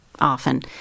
often